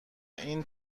این